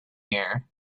here